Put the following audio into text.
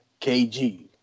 KG